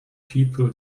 people